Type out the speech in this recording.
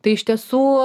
tai iš tiesų